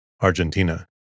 Argentina